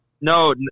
No